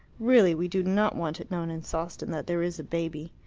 really we do not want it known in sawston that there is a baby.